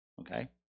okay